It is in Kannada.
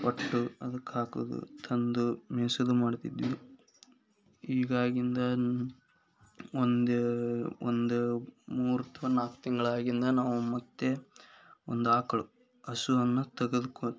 ಒಟ್ಟು ಅದಕ್ಕೆ ಹಾಕೋದು ತಂದು ಮೇಯ್ಸೋದು ಮಾಡ್ತಿದ್ವಿ ಹೀಗಾಗಿಂದ ಒಂದು ಒಂದು ಒಂದು ಮೂರು ಅಥ್ವಾ ನಾಲ್ಕು ತಿಂಗಳಾಗಿಂದ ನಾವು ಮತ್ತೆ ಒಂದು ಆಕಳು ಹಸುವನ್ನ ತೆಗೆದುಕೊ